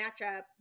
matchup